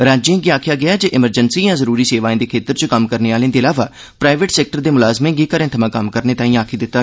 राज्यें गी आक्खेआ गेआ ऐ जे इमरजैंसी जां जरुरी सेवाएं दे क्षेत्र च कम्म करने आलें दे अलावा प्राईवेट सैक्टर दे कर्मचारियें गी घरें थमां कम्म करने लेई आक्खी दिता ऐ